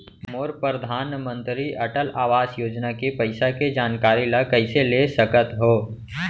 मोर परधानमंतरी अटल आवास योजना के पइसा के जानकारी ल कइसे ले सकत हो?